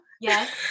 Yes